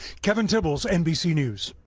kevin tibbles, nbc news.